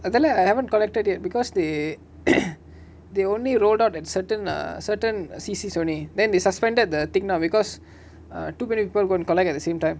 actually I haven't collected yet because they they only rolled out at certain err certain C_C's only then they suspended the thing now because uh too many people go and collect at the same time